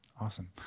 Awesome